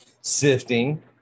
sifting